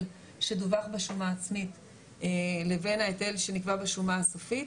שדווח בשומה העצמית לבין ההיטל שנקבע בשומה הסופית,